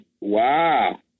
Wow